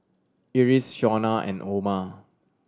Iris Shawnna and Oma